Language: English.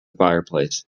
fireplace